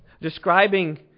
describing